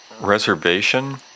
Reservation